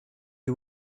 you